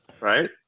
Right